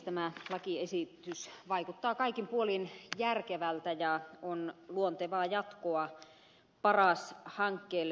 tämä lakiesitys vaikuttaa kaikin puolin järkevältä ja on luontevaa jatkoa paras hankkeelle